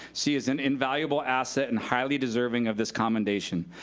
she is an invaluable asset and highly deserving of this commendation.